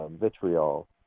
vitriol